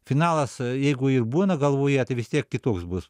finalas jeigu ir būna galvoje tai vis tiek kitoks bus